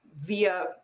via